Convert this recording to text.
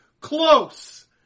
close